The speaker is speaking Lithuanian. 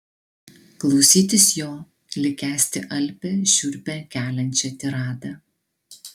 klausytis jo lyg kęsti alpią šiurpą keliančią tiradą